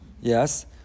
Yes